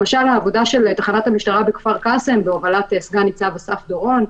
למשל העבודה של תחנת המשטרה בכפר קאסם בהובלת סנ"צ אסף דורון,